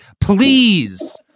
please